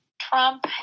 Trump